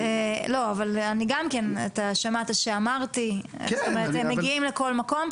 אבל שמעת שאמרתי שהם מגיעים לכל מקום.